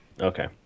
Okay